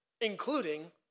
including